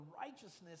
righteousness